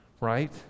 right